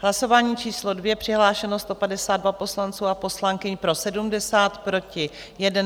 Hlasování číslo 2, přihlášeno 152 poslanců a poslankyň, pro 70, proti 1.